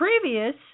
previous